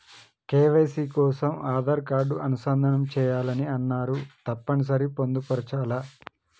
KYC కోసం Aadhaar card అనుసంధానం చేయాలని అన్నరు తప్పని సరి పొందుపరచాలా?